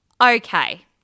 Okay